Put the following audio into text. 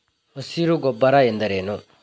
ಹಸಿರು ಗೊಬ್ಬರ ಎಂದರೇನು?